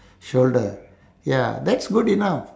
shoulder ya that's good enough